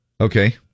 Okay